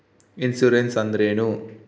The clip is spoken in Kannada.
ಇನ್ಸುರೆನ್ಸ್ ಅಂದ್ರೇನು?